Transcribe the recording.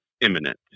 imminent